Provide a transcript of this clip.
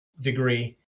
degree